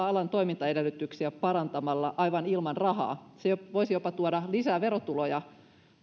alan toimintaedellytyksiä parantamalla aivan ilman rahaa se voisi jopa tuoda lisää verotuloja